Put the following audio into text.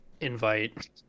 invite